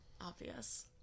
obvious